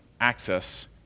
access